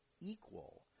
equal